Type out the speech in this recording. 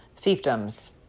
fiefdoms